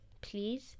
please